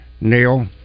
neil